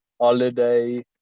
holiday